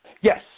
Yes